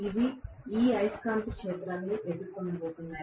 ఇవి ఈ అయస్కాంత క్షేత్రాన్ని ఎదుర్కోబోతున్నాయి